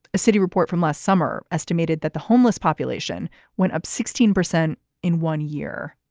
a city report from last summer estimated that the homeless population went up sixteen percent in one year.